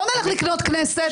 בואו נלך לקנות כנסת.